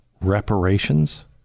reparations